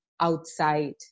outside